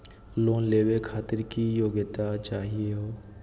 Loan लेवे खातीर की योग्यता चाहियो हे?